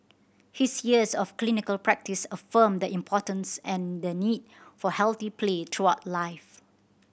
his years of clinical practice affirmed the importance and the need for healthy play throughout life